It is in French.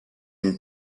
une